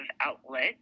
outlet